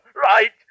right